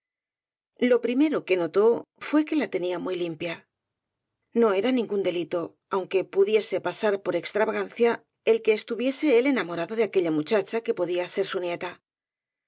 pri mero que notó fué que la tenía muy limpia no era ningún delito aunque pudiese pasar por ex travagancia el que estuviese él enamorado de aquella muchacha que podía ser su nieta